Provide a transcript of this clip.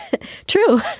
True